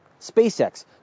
SpaceX